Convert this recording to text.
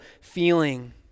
feeling